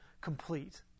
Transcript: complete